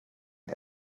den